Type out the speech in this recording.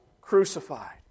crucified